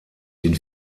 den